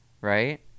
right